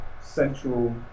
central